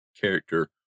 character